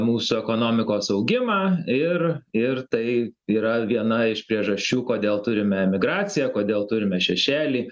mūsų ekonomikos augimą ir ir tai yra viena iš priežasčių kodėl turime emigraciją kodėl turime šešėlį